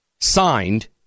signed